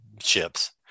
ships